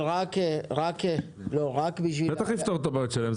רק לפתור את הבעיות שלהם?